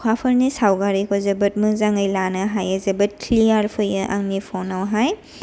अखाफोरनि सावगारिखौ जोबोद मोजांङै लानो हायो जोबोद क्लियार फैयो आंनि फनावहाय